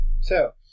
So-